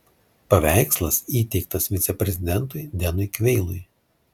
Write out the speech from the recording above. paveikslas įteiktas viceprezidentui denui kveilui